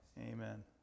Amen